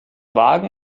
wagen